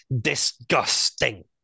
disgusting